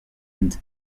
end